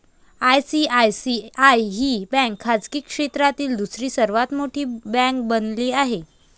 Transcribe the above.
ICICI ही bank खाजगी क्षेत्रातील दुसरी सर्वात मोठी बँक बनली आहे